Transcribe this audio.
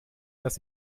dass